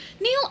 Neil